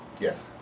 Yes